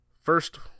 first